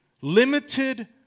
limited